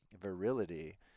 virility